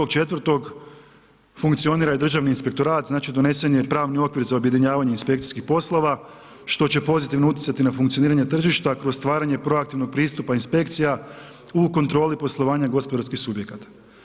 Od 1.4. funkcionira i državni inspektorat, znači donesen je pravnih okvir za objedinjavanje inspekcijskih poslova, što će pozitivno utjecati na funkcioniranje tržišta kroz stvaranje proaktivnog pristupa inspekcija, u kontroli poslovanja gospodarskih subjekata.